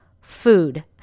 food